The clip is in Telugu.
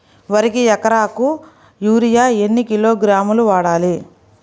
వరికి ఎకరాకు యూరియా ఎన్ని కిలోగ్రాములు వాడాలి?